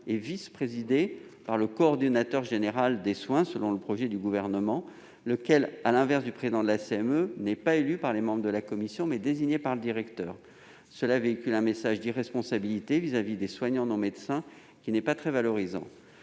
et vice-présidée par le coordinateur général des soins, lequel, à l'inverse du président de la CME, n'est pas élu par les membres de la commission, mais désigné par le directeur. Cela véhicule un message d'irresponsabilité vis-à-vis des soignants non-médecins qui n'est pas très valorisant.